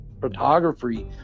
photography